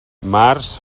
març